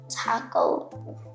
taco